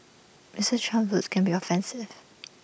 Mister Trump's words can be offensive